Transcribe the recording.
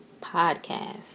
Podcast